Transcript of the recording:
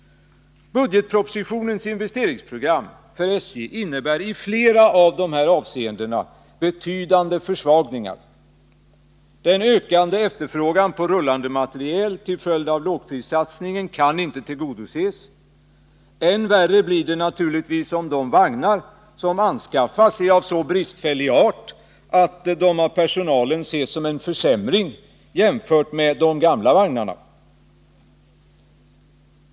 Budgetpropositionens investeringsprogram för SJ innebär i flera av dessa avseenden betydande försvagningar. Den ökade efterfrågan på rullande materiel till följd av lågprissatsningen kan inte tillgodoses. Än värre blir det naturligtvis om de vagnar som anskaffas är av så bristfällig art att de av personalen ses som en försämring jämfört med de gamla vagnarna.